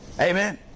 Amen